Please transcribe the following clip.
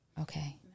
Okay